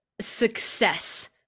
success